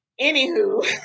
anywho